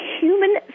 human